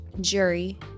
jury